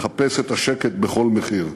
לחפש את השקט בכל מחיר.